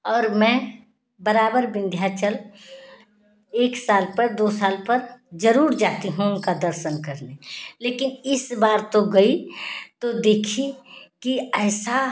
और मैं बराबर विंध्याचल एक साल पर दो साल पर जरूर जाती हूँ उनका दर्शन करने लेकिन इस बार तो गई तो देखी की ऐसा